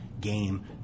game